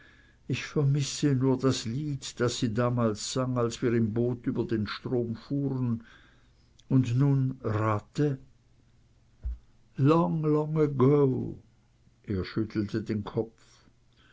ich vermisse nur das lied das sie damals sang als wir im boot über den strom fuhren und nun rate long long ago er schüttelte den kopf